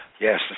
Yes